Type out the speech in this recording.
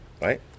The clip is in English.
right